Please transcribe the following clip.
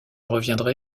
reviendrai